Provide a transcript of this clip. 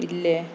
ഇല്ലേ